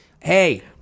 Hey